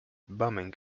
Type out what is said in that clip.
bumming